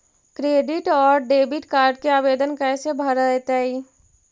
Credit और debit card के आवेदन कैसे भरैतैय?